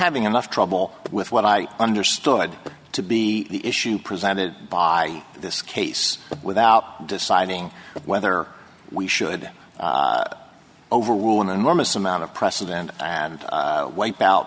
having enough trouble with what i understood to be the issue presented by this case without deciding whether we should overrule an enormous amount of precedent and wipe out